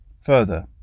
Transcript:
Further